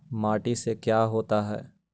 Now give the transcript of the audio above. माटी से का क्या होता है?